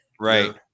Right